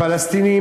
הפלסטינים,